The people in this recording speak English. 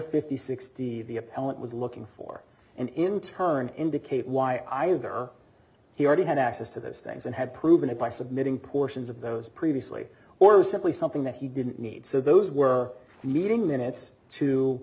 fifty sixty of the appellant was looking for and in turn indicate why either he already had access to those things and had proven it by submitting portions of those previously or simply something that he didn't need so those were meeting minutes to